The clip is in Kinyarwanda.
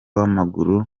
w’amaguru